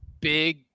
big